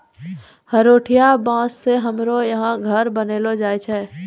हरोठिया बाँस से हमरो यहा घर बनैलो जाय छै